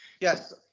Yes